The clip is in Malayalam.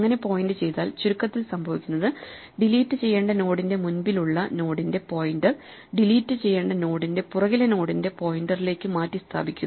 അങ്ങനെ പോയിന്റ് ചെയ്താൽ ചുരുക്കത്തിൽ സംഭവിക്കുന്നത് ഡിലീറ്റ് ചെയ്യേണ്ട നോഡിന്റെ മുൻപിലുള്ള നോഡിന്റെ പോയിന്റർ ഡിലീറ്റ് ചെയ്യേണ്ട നോഡിന്റെ പുറകിലെ നോഡിന്റെ പോയിന്ററിലേക്കു മാറ്റി സ്ഥാപിക്കുന്നു